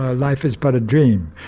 ah life is but a dream.